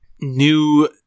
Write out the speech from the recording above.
new